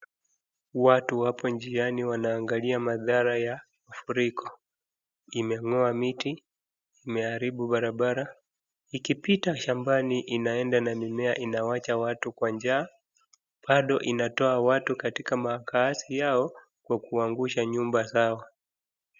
Watu wapo njiani wanaangalia madhara ya mafuriko. Imeng'oa miti, imeharibu barabara .Ikipita shambani inaenda na mimea inawacha watu kwa njaa. Bado inatoa watu katika makaazi yao kwa kuangusha nyumba zao.